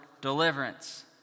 deliverance